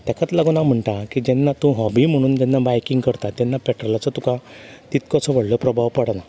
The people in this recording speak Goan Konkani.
तेकात लागून हांव म्हणटा की जेन्ना तूं हॉबी म्हणून जेन्ना बायकींग करता तेन्ना पेट्रोलाचो तुका तितकोसो व्हडलो प्रभाव पडना